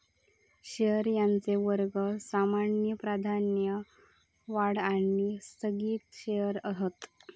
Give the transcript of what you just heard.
shares यांचे वर्ग सामान्य, प्राधान्य, वाढ आणि स्थगित शेअर्स हत